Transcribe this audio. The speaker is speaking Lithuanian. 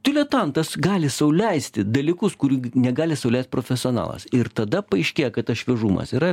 diletantas gali sau leisti dalykus kurių negali sau leist profesionalas ir tada paaiškėja kad tas šviežumas yra